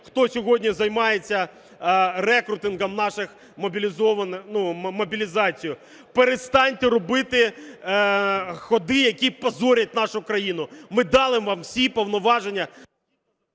хто сьогодні займається рекрутингом наших... мобілізацією. Перестаньте робити ходи, які позорять нашу країну. Ми дали вам всі повноваження...